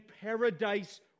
paradise